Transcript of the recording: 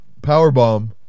powerbomb